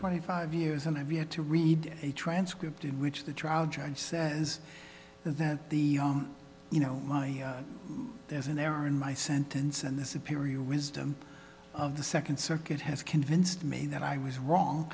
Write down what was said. twenty five years and i've yet to read a transcript in which the trial judge says that the you know my there's an error in my sentence and this imperial wisdom of the second circuit has convinced me that i was wrong